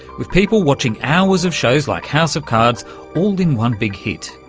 with people watching hours of shows like house of cards all in one big hit.